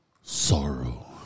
Sorrow